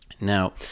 Now